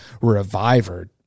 Reviver